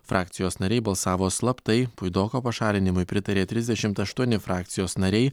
frakcijos nariai balsavo slaptai puidoko pašalinimui pritarė trisdešimt aštuoni frakcijos nariai